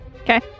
Okay